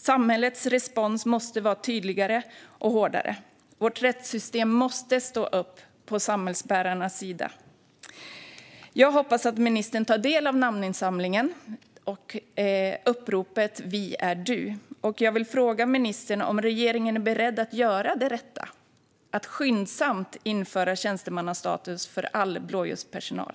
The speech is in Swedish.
Samhällets respons måste vara tydligare och hårdare. Vårt rättssystem måste stå upp på samhällsbärarnas sida. Jag hoppas att ministern tar del av namninsamlingen och uppropet Vi är du. Jag vill fråga ministern om regeringen är beredd att göra det rätta: att skyndsamt införa tjänstemannastatus för all blåljuspersonal.